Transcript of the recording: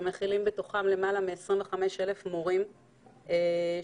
שמכילים בתוכם למעלה מ-25,000 מורים ורובם